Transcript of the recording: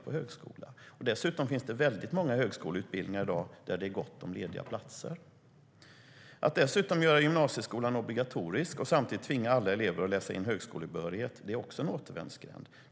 Dessutom finns det många högskoleutbildningar där det i dag är gott om lediga platser. Att dessutom göra gymnasieskolan obligatorisk och samtidigt tvinga alla elever att läsa in högskolebehörighet är en återvändsgränd.